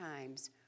times